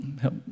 help